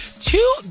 two